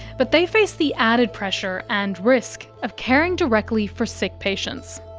but they face the added pressure and risk of caring directly for sick patients.